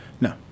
no